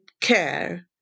care